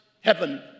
heaven